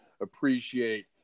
appreciate